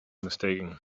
mistaken